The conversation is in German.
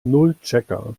nullchecker